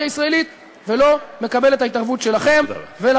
הישראלית ולא מקבל את ההתערבות שלכם.